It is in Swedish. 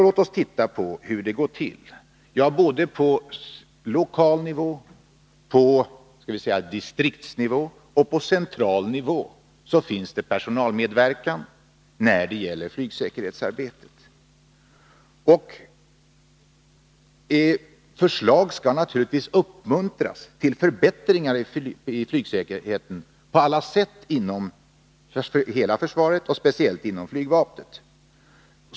Låt oss titta på hur det går till. Både på lokal nivå, på distriktsnivå och på central nivå finns det personalmedverkan när det gäller flygsäkerhetsarbetet. Förslag till förbättringar i flygsäkerheten skall naturligtvis uppmuntras på alla sätt inom hela försvaret och speciellt inom flygvapnet.